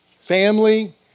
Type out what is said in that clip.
family